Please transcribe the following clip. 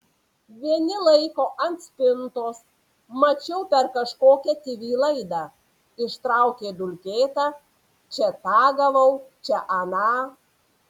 vieni laiko ant spintos mačiau per kažkokią tv laidą ištraukė dulkėtą čia tą gavau čia aną